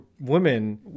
women